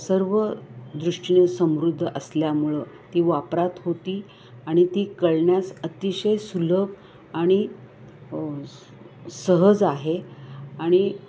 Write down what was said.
सर्व दृष्टीने समृद्ध असल्यामुळं ती वापरात होती आणि ती कळण्यास अतिशय सुलभ आणि सहज आहे आणि